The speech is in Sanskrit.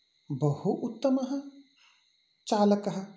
बहु उत्तमः चालकः